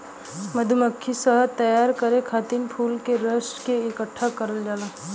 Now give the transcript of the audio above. मधुमक्खी शहद तैयार करे खातिर फूल के रस के इकठ्ठा करल जाला